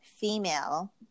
female